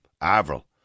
Avril